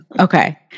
Okay